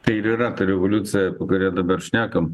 tai ir yra ta revoliucija kuria dabar šnekame